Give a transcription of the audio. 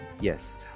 yes